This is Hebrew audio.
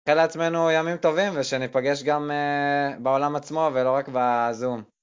חלה עצמנו ימים טובים ושנפגש גם בעולם עצמו ולא רק בזום.